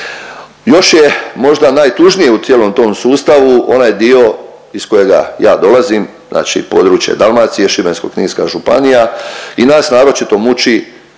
Još je možda najtužnije u cijelom tom sustavu onaj dio iz kojega ja dolazim, znači područje Dalmacije, Šibensko-kninska županija i nas naročito muči